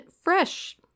fresh